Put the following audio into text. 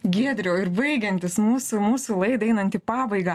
giedriau ir baigiantis mūsų mūsų laidai einant į pabaigą